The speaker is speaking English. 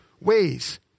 ways